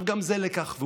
גם זה לקח,